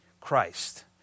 Christ